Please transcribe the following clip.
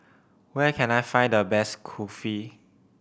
where can I find the best Kulfi